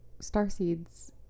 starseeds